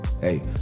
Hey